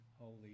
holy